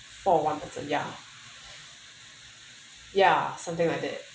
for one of the ya ya something like that